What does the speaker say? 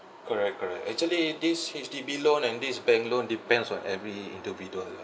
correct correct actually this H_D_B loan and this bank loan depends on every individual lah